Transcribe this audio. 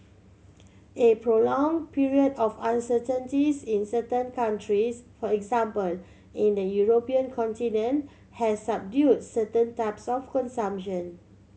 a prolonged period of uncertainties in certain countries for example in the European continent has subdued certain types of consumption